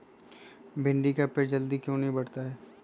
भिंडी का पेड़ जल्दी क्यों नहीं बढ़ता हैं?